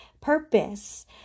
purpose